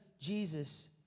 Jesus